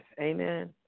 Amen